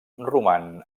roman